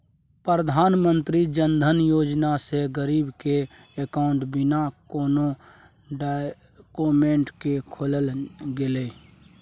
प्रधानमंत्री जनधन योजना सँ गरीब केर अकाउंट बिना कोनो डाक्यूमेंट केँ खोलल गेलै